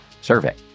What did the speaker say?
survey